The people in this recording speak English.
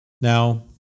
Now